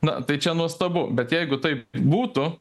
na tai čia nuostabu bet jeigu taip būtų